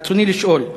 רצוני לשאול: